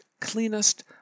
cleanest